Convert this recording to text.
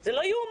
זה לא יאומן.